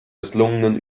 misslungenen